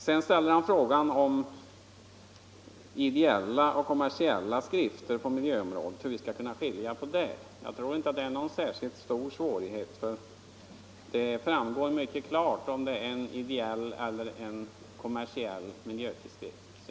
Sedan ställde herr Kristenson frågan hur vi skall kunna skilja på ideella och kommersiella tidskrifter på miljöområdet. Jag tror inte att det skulle bereda någon särskilt stor svårighet — det framgår mycket klart om det är en ideell eller kommersiell miljötidskrift.